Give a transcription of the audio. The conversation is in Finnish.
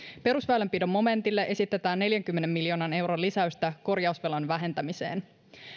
perusväylänpidon momentille esitetään neljänkymmenen miljoonan euron lisäystä korjausvelan vähentämiseen